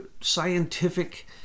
scientific